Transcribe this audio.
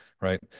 right